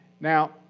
Now